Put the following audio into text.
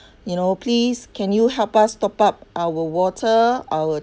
you know please can you help us top up our water our